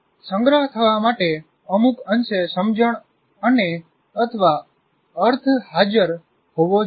સંગ્રહ થવા માટે અમુક અંશે સમજણ અનેઅથવા અર્થ હાજર હોવો જોઈએ